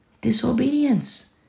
Disobedience